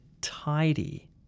tidy